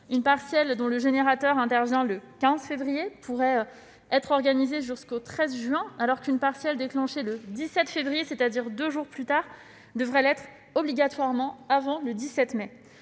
partielle dont le générateur intervient le 15 février pourrait être organisée jusqu'au 13 juin, alors qu'une élection partielle déclenchée le 17 février, c'est-à-dire deux jours plus tard, devrait obligatoirement se tenir avant le 17 mai.